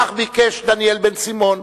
כך ביקש דניאל בן-סימון,